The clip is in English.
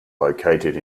located